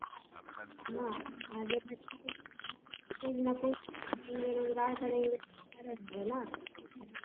आज करेंगे रोजगार करेंगे तो अच्छा रहेंगे ना